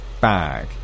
bag